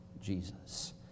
Jesus